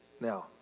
now